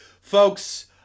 Folks